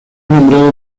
nombrado